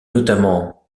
notamment